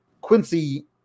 Quincy